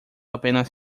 apenas